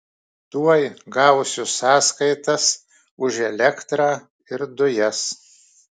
tuoj gausiu sąskaitas už elektrą ir dujas